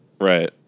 Right